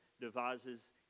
devises